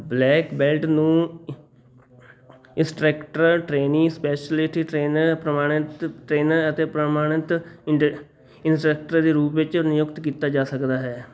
black belt ਨੂੰ instructor trainee speciality trainer ਪ੍ਰਮਾਣਿਤ trainer ਅਤੇ ਪ੍ਰਮਾਣਿਤ ਇੰਟ ਇੰਸਟ੍ਰੈਕਟਰ ਦੇ ਰੂਪ ਵਿੱਚ ਨਿਯੁਕਤ ਕੀਤਾ ਜਾ ਸਕਦਾ ਹੈ